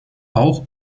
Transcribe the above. auch